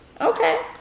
Okay